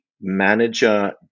manager